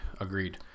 agreed